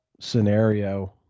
scenario